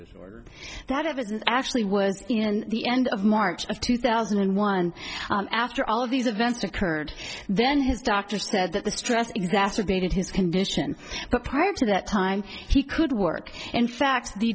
or that evidence actually was in the end of march of two thousand and one after all of these events occurred then his doctor said that the stress exacerbated his condition prior to that time he could work in fact the